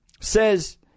says